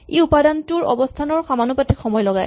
ই উপাদানটোৰ অৱস্হানৰ সমানুপাতিক সময় লগায়